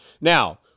Now